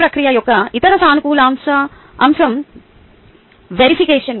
ఈ ప్రక్రియ యొక్క ఇతర సానుకూల అంశం క్రాస్ వెరిఫికేషన్